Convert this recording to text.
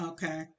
Okay